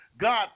God